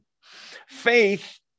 faith